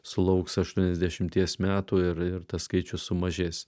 sulauks aštuoniasdešimties metų ir ir tas skaičius sumažės